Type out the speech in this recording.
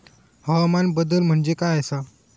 हवामान बदल म्हणजे काय आसा?